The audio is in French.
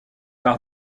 par